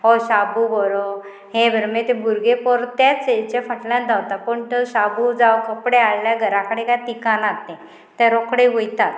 हो शाबू बरो हे बरें मागीर ते भुरगे परतेच हेच्या फाटल्यान धांवता पूण तो शाबू जावं कपडे हाडल्या घरा कडेन काय तिकानात ते रोखडे वयतात